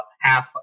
half